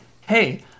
hey